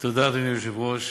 תודה, אדוני היושב-ראש.